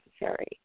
necessary